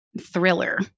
thriller